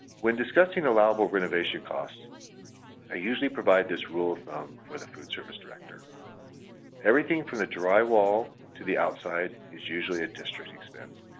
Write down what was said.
when discussing allowable renovation costs i usually provide this rule of thumb for the food service director everything from the drywall to the outside is usually a district expense,